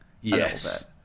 Yes